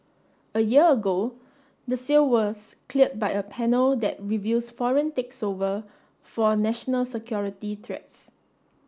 a year ago the sale was cleared by a panel that reviews foreign takes over for national security threats